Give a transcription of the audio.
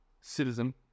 citizen